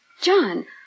John